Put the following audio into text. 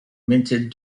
minted